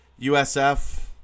USF